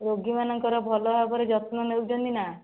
ରୋଗୀମାନଙ୍କର ଭଲ ଭାବରେ ଯତ୍ନ ନେଉଛନ୍ତି ନା